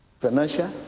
Financial